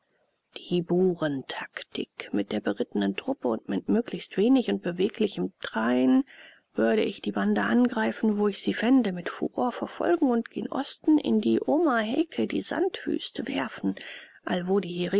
die burentaktik mit der berittenen truppe und mit möglichst wenig und beweglichem train würde ich die bande angreifen wo ich sie fände mit furor verfolgen und gen osten in die omaheke die sandwüste werfen allwo die